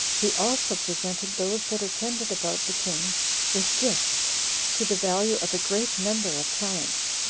he also presented those that attended about the king with gifts to the value of a great number of talents,